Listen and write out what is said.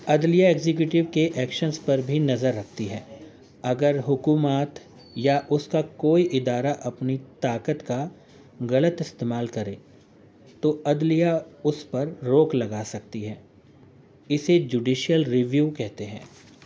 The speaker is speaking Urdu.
عدلیہ ایگزیکیوٹو کے ایکشنس پر بھی نظر رکھتی ہے اگر حکومت یا اس کا کوئی ادارہ اپنی طاقت کا غلط استعمال کرے تو عدلیہ اس پر روک لگا سکتی ہے اسے جوڈیشیل ریویو کہتے ہیں